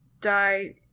die